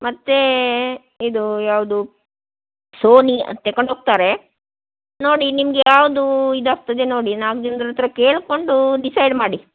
ಮತ್ತೇ ಇದು ಯಾವುದು ಸೋನಿ ಅದು ತಗೊಂಡು ಹೋಗ್ತಾರೆ ನೋಡಿ ನಿಮ್ಗೆ ಯಾವುದು ಇದಾಗ್ತದೆ ನೋಡಿ ನಾಲ್ಕು ಜನ್ರ ಹತ್ರ ಕೇಳಿಕೊಂಡು ಡಿಸೈಡ್ ಮಾಡಿ